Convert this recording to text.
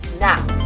now